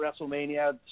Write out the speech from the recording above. WrestleMania